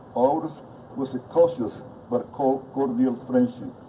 ours was a cautious but called cordial friendship.